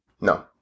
No